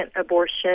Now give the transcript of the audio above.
abortion